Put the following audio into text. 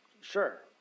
Sure